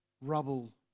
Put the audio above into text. rubble